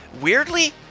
Weirdly